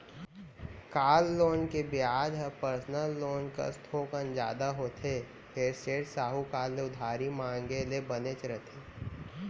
car loan के बियाज ह पर्सनल लोन कस थोकन जादा होथे फेर सेठ, साहूकार ले उधारी मांगे ले बनेच रथे